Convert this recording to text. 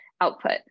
output